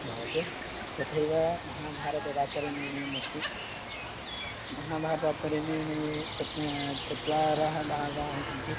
भवतु तथैव महाभारततात्पर्यनिर्णयमस्ति महाभारतताप्तर्यनिर्णये चत् चत्वारः भागाः सन्ति